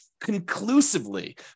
conclusively